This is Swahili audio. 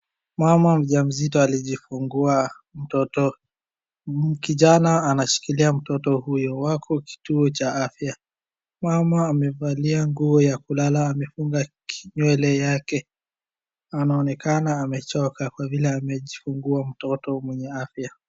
Mama mjamzito alijifungua mtoto. Kijana anashikilia mtoto huyo, wako kituo cha afya. Mama amevalia nguo ya kulala amefunga nywele yake. Anaonekana amechoka kwa vile amejifungua mtoto mwenye afya.